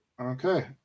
Okay